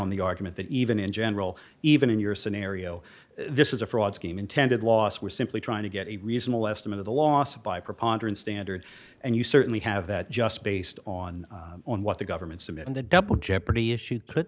on the argument that even in general even in your scenario this is a fraud scheme intended loss we're simply trying to get a reasonable estimate of the loss by preponderance standard and you certainly have that just based on on what the government submitted the double jeopardy issue put